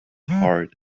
heart